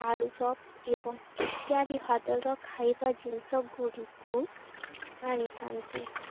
ଆଳୁଚପ୍ ଏବଂ ଇତ୍ୟାଦି ହୋଟେଲ୍ର ଖାଇବା ଜିନିଷ ଗୁଡ଼ିକୁ ଆଣିଥାନ୍ତି